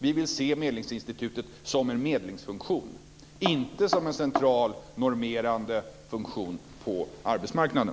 Vi vill se Medlingsinstitutet som en medlingsfunktion, inte som en central normerande funktion på arbetsmarknaden.